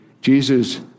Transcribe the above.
Jesus